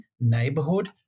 neighborhood